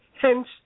Hence